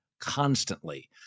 constantly